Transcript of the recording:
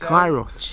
Kairos